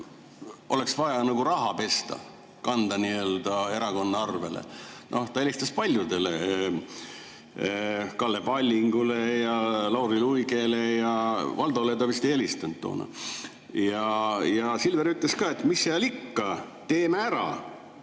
oleks vaja nagu raha pesta, kanda nii-öelda erakonna arvele. Noh, ta helistas paljudele: Kalle Pallingule ja Lauri Luigele, Valdole ta vist ei helistanud toona. Ja Silver ütles ka: ""Mis seal ikka, teeme ära!"